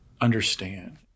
understand